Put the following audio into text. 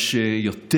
יש יותר